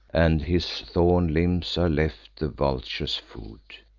and his torn limbs are left the vulture's food.